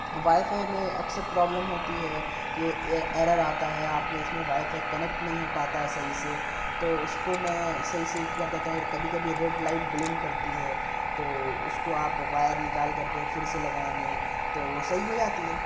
wi fi میں اکثر problem ہوتی ہے کہ ایرر آتا ہے آپ کو اس میں وائی فائی کنیکٹ نہیں ہو پاتا ہے صحیح سے تو اس کو میں صحیح سے کر دیتا ہوں اور کبھی کبھی ریڈ لائٹ بلنک کرتی ہے تو اس کو آپ وائر نکال کر کے پھر سے لگائیں گے تو وہ صحیح ہو جاتی ہے